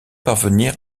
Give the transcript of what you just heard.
parvenir